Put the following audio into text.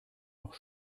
noch